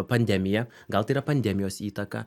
pandemija gal tai yra pandemijos įtaka